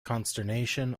consternation